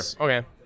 okay